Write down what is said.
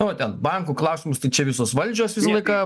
o ten bankų klausimus tai čia visus valdžios visą laiką